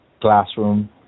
classroom